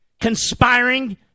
conspiring